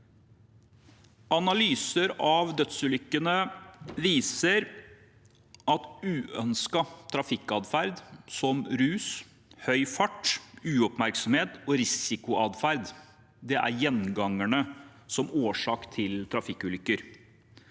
Analyser av dødsulykkene viser at uønsket trafikkatferd som rus, høy fart, uoppmerksomhet og risikoatferd er gjengangerne som årsak til trafikkulykker.